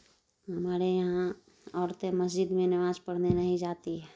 ہمارے یہاں عورتیں مسجد میں نماز پڑھنے نہیں جاتی ہے